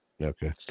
Okay